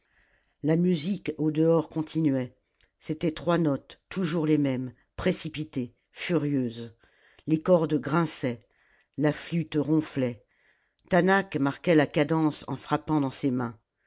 la musique au dehors continuait c'étaient trois notes toujours les mêmes précipitées furieuses les cordes grinçaient la flûte ronflait taanach marquait la cadence en frappant dans ses mains